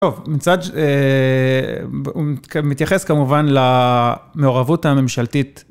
טוב, הוא מתייחס כמובן למעורבות הממשלתית.